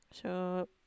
so